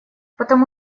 потому